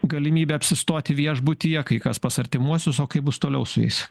galimybę apsistoti viešbutyje kai kas pas artimuosius o kaip bus toliau su jais